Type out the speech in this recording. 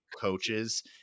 coaches